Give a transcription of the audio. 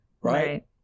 Right